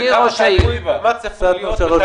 כמה הפסדתם?